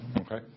Okay